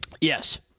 Yes